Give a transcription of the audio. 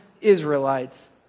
Israelites